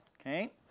Okay